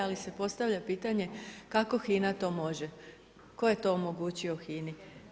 Ali se postavlja pitanje, kako HINA to može, tko je to omogućio HINA-i.